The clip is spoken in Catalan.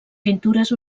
pintures